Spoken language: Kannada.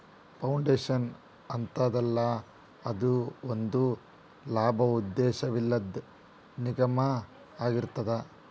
ಫೌಂಡೇಶನ್ ಅಂತದಲ್ಲಾ, ಅದು ಒಂದ ಲಾಭೋದ್ದೇಶವಿಲ್ಲದ್ ನಿಗಮಾಅಗಿರ್ತದ